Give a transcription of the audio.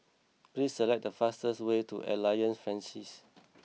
please select the fastest way to Alliance Francaise